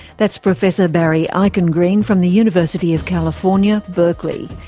that's professor barry eichengreen from the university of california, berkeley.